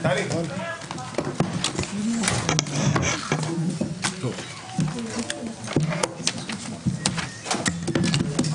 14:00.